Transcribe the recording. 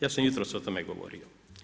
Ja sam jutros o tome govorio.